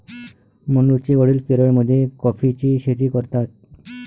मनूचे वडील केरळमध्ये कॉफीची शेती करतात